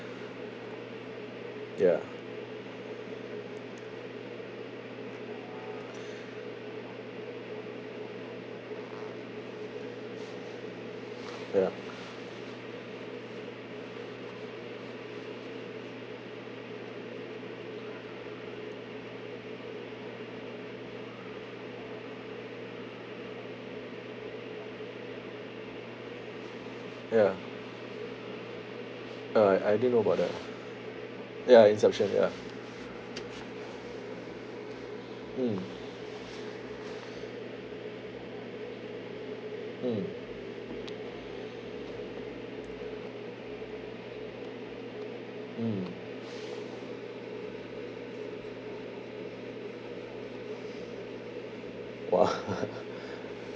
ya ya ya uh I I didn't know about that ya inception ya mm mm mm !wah!